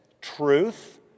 Truth